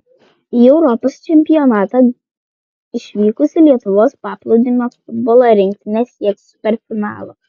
į europos čempionatą išvykusi lietuvos paplūdimio futbolo rinktinė sieks superfinalo